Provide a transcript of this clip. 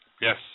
Yes